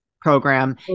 program